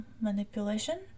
manipulation